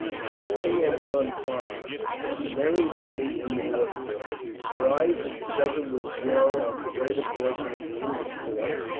before he had gone far the main body in the watercourse, surprised at the sudden withdrawal of the greater portion of the english force,